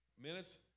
minutes